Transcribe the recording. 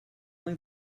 only